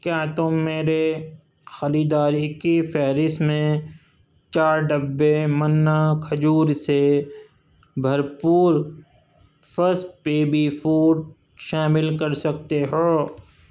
کیا تم میرے خریداری کی فہرست میں چار ڈبے منا کھجور سے بھرپور فرسٹ بیبی فوڈ شامل کر سکتے ہو